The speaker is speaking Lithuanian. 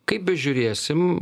kaip bežiūrėsim